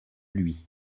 lui